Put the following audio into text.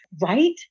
right